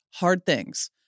hardthings